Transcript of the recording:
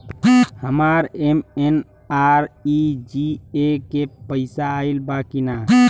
हमार एम.एन.आर.ई.जी.ए के पैसा आइल बा कि ना?